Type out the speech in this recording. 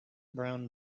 brown